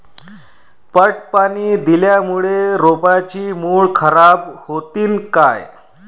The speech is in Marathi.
पट पाणी दिल्यामूळे रोपाची मुळ खराब होतीन काय?